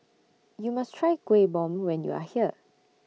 YOU must Try Kuih Bom when YOU Are here